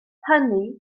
hynny